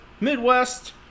Midwest